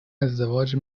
ازدواج